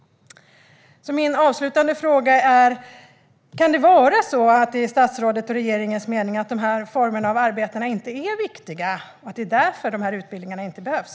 Min avslutande fråga är: Kan det vara så att det är statsrådets och regeringens mening att dessa former av arbeten inte är viktiga och att det är därför dessa utbildningar inte behövs?